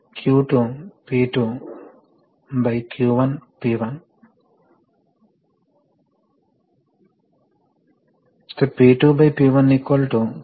ఇక్కడ ప్రెషర్ అది పైకి క్రిందికి వెళ్ళినా ఇక్కడ ప్రెజర్ 60పిఎస్ఐ కి దగ్గరగా ప్రెషర్ రెగ్యులేటర్ చేత నియంత్రించబడుతుంది